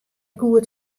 goed